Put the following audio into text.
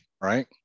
right